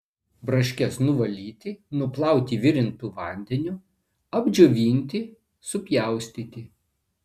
braškes nuvalyti nuplauti virintu vandeniu apdžiovinti supjaustyti